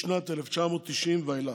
משנת 1990 ואילך.